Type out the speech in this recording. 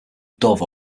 dove